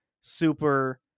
super